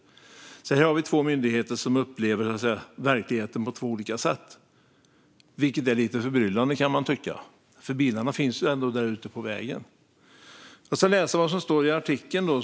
Här har vi alltså två olika myndigheter som upplever verkligheten på två olika sätt, vilket man kan tycka är lite förbryllande, för bilarna finns ju ändå där ute på vägen. Jag ska citera ur den artikel jag nämner i min interpellation.